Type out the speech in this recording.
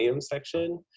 section